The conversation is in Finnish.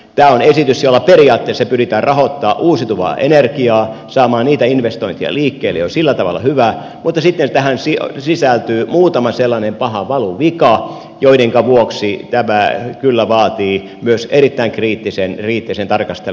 tämä esitys jolla periaatteessa pyritään rahoittamaan uusiutuvaa energiaa saamaan niitä investointeja liikkeelle on sillä tavalla hyvä mutta sitten tähän sisältyy muutama sellainen paha valuvika joiden vuoksi tämä kyllä vaatii myös erittäin kriittisen tarkastelun